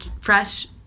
fresh